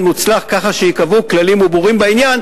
מוצלח ככה שייקבעו כללים ברורים בעניין.